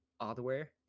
hardware